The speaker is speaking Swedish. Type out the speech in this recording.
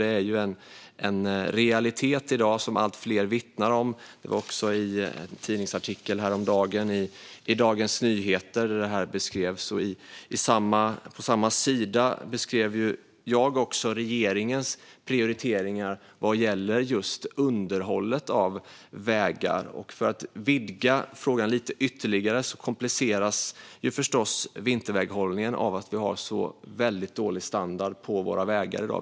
Det är en realitet i dag som allt fler vittnar om. Det här beskrevs häromdagen i en tidningsartikel i Dagens Nyheter, och på samma sida beskrev jag också regeringens prioriteringar vad gäller just underhållet av vägar. För att vidga frågan lite ytterligare kompliceras förstås vinterväghållningen av att vi har en så väldigt dålig standard på våra vägar i dag.